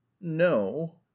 no